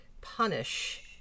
punish